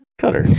Cutter